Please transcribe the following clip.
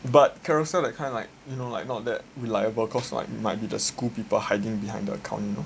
but Carousell that kind like you know like not that reliable cause like might be the school people hiding behind the account you know